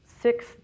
six